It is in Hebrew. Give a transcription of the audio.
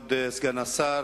כבוד סגן השר,